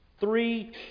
Three